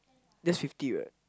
that's fifty what